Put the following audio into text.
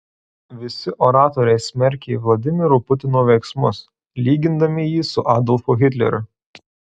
visi oratoriai smerkė vladimiro putino veiksmus lygindami jį su adolfu hitleriu